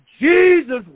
Jesus